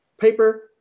paper